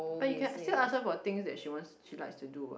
but you can still ask her for things she wants she likes to do what